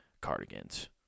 cardigans